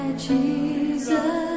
Jesus